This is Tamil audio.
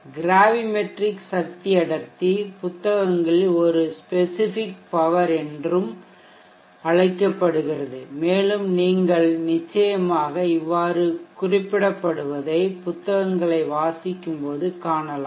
கிராவிமெட்ரிக் சக்தி அடர்த்தி புத்தகங்களில் ஒரு ஸ்பெசிஃபிக் பவர் என்றும் அழைக்கப்படுகிறது மேலும் நீங்கள் நிச்சயமாக இவ்வாறு குறிப்பிடப்பபடுவதை புத்தகங்களை வாசிக்கும்போது காணலாம்